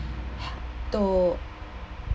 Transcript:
to